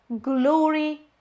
glory